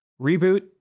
reboot